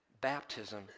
baptism